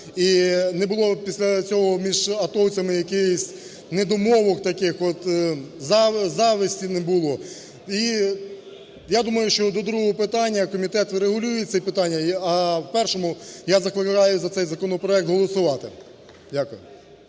і не було після цього між атовцями якихось недомовок таких от, зависті не було. І я думаю, що до другого питання комітет врегулює це питання. А в першому я закликаю за цей законопроект голосувати. Дякую.